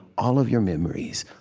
all of your memories,